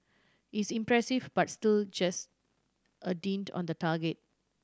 it's impressive but still just a dint on the target